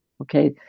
okay